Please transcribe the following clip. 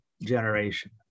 generation